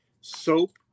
soap